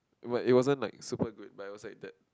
what it wasn't like super good but I also eat that